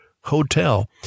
hotel